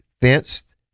fenced